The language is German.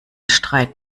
streit